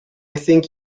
think